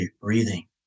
breathing